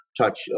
touch